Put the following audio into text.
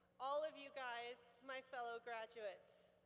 all of you guys, my fellow graduates.